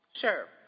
Sure